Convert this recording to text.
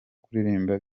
kuririmba